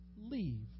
leave